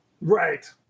right